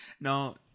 no